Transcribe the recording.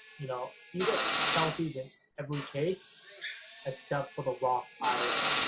you know, you get penalties in every case except for the roth ira,